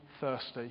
thirsty